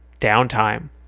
downtime